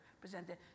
presented